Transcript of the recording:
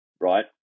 right